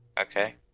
Okay